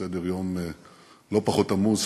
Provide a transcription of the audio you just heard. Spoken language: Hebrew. בסדר-יום לא פחות עמוס,